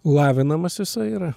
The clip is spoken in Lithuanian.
lavinamas jisai yra